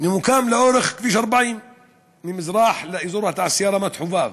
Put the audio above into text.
נמצא לאורך כביש 40 ממזרח לאזור התעשייה רמת-חובב,